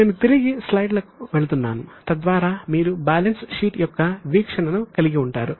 ఇప్పుడు నేను తిరిగి స్లైడ్కు వెళుతున్నాను తద్వారా మీరు బ్యాలెన్స్ షీట్ యొక్క వీక్షణను కలిగి ఉంటారు